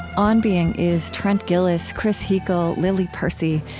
on being is trent gilliss, chris heagle, lily percy,